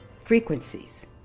frequencies